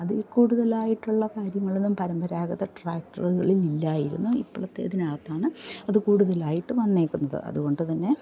അതിൽ കൂടുതലായിട്ടുള്ള കാര്യങ്ങളൊന്നും പരമ്പരാഗത ട്രാക്റ്ററുകളിൽ ഇല്ലായിരുന്നു ഇപ്പോളത്തേതിന് അകത്താണ് അത് കൂടുതലായിട്ടും വന്നേക്കുന്നത് അതുകൊണ്ട് തന്നെ